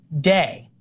day